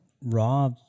raw